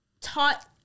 taught